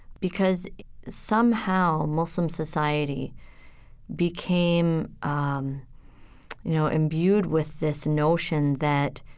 because somehow muslim society became, um you know, imbued with this notion that